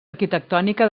arquitectònica